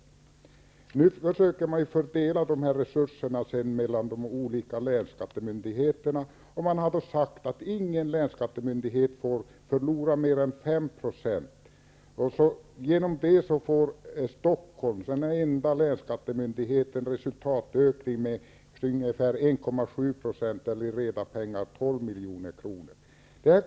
Nu försöker man fördela de här resurserna mellan de olika länsskattemyndigheterna, och man har då sagt att ingen länsskattemyndighet får förlora mer än 5 %. Genom det får Stockholm, som enda länsskattemyndighet, en resultatökning med 1,7 % eller 12 milj.kr.